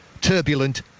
turbulent